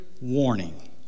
warning